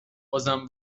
بازم